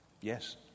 Yes